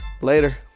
Later